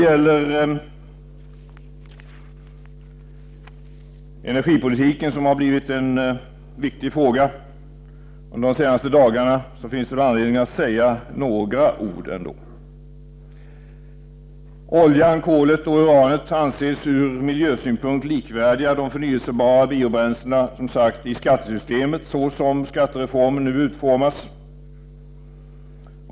Om energipolitiken, som har blivit en viktig fråga under de senaste dagarna, finns det anledning att säga några ord. I skattesystemet anses oljan, kolet och uranet ur miljösynpunkt likvärdiga med de förnyelsebara biobränslena, såsom skattereformen nu utformas.